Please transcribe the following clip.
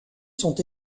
sont